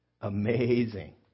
Amazing